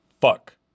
Fuck